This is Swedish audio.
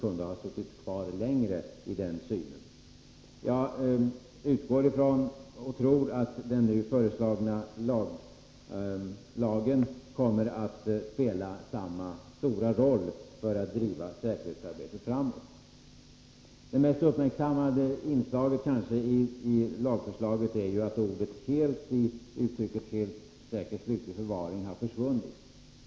Jag utgår ifrån och tror att den nu föreslagna lagen kommer att spela samma stora roll för att driva säkerhetsarbetet framåt. Det kanske mest uppmärksammade inslaget i lagförslaget är att ordet ”helt” i uttrycket ”helt säker” slutlig förvaring har försvunnit.